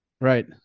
Right